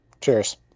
Cheers